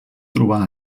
trobar